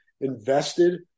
invested